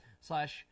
slash